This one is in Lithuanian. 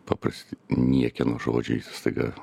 paprasti niekieno žodžiais staiga